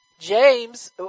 James